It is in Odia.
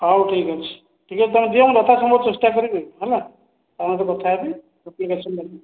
ହଉ ଠିକ୍ ଅଛି ଟିକେ ତମେ ଦିଅ ମୁଁ ଯଥାସମ୍ଭବ ଚେଷ୍ଟା କରିବି ହେଲା ଆଉ ମୁଁ ବି କଥାହେବି ଆପ୍ଲିକେସନ୍ ନେଇକି